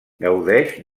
gaudeix